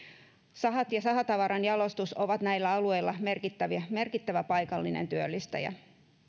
sahat ja sahatavaran jalostus ovat näillä alueilla merkittävä paikallinen työllistäjä